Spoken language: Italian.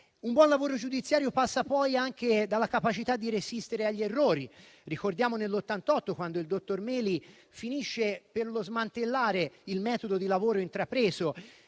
Un buon lavoro giudiziario passa poi anche dalla capacità di resistere agli errori. Ricordiamo quando, nel 1988, il dottor Meli finisce per smantellare il metodo di lavoro intrapreso,